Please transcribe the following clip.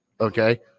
Okay